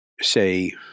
say